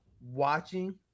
watching